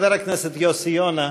חבר הכנסת יוסי יונה,